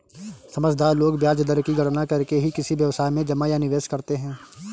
समझदार लोग ब्याज दर की गणना करके ही किसी व्यवसाय में जमा या निवेश करते हैं